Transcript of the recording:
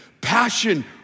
passion